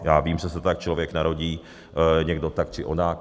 Já vím, že se tak člověk narodí, někdo tak či onak.